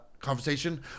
conversation